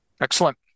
excellent